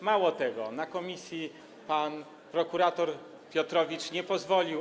Mało tego, w komisji pan prokurator Piotrowicz nie pozwolił.